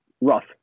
rough